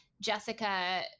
Jessica